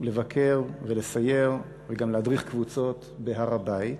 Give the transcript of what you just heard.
לבקר ולסייר, וגם להדריך קבוצות, בהר-הבית,